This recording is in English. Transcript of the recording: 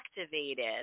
activated